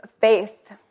faith